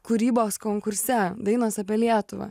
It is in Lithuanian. kūrybos konkurse dainos apie lietuvą